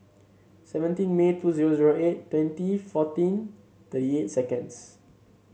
seventeen May two zero zero eight twenty fourteen thirty eight seconds